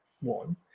one